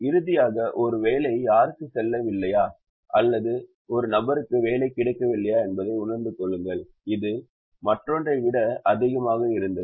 இறுதியாக ஒரு வேலை யாருக்கும் செல்லவில்லையா அல்லது ஒரு நபருக்கு வேலை கிடைக்கவில்லையா என்பதை உணர்ந்து கொள்ளுங்கள் இது மற்றொன்றை விட அதிகமாக இருந்தது